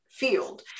Field